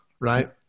right